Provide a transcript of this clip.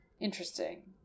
Interesting